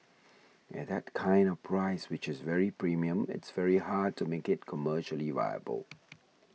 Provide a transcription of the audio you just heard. at that kind of price which is very premium it's very hard to make it commercially viable